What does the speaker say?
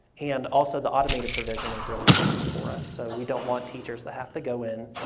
and also, the automated provision is real important for us, so we don't want teachers to have to go in,